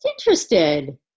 interested